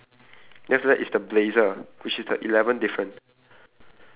okay then after that is the science fair which is the tenth difference